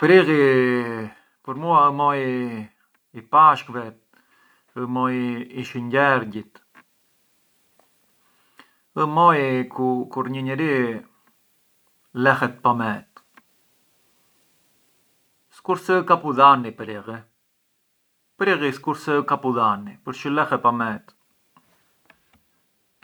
Jo më mirë të veç te mali se jo biçikleta, një bukur pasiat te mali, përjashta, merr ca aria e.